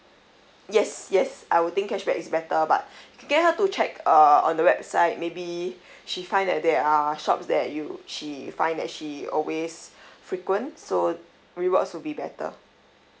yes yes I would think cashback is better but get her to check uh on the website maybe she find that there are shops that you she find that she always frequent so rewards will be better